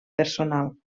personal